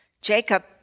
Jacob